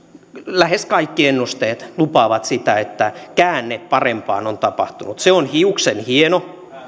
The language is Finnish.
lähes kaikki ennusteet lupaavat sitä että käänne parempaan on tapahtunut se on hiuksenhieno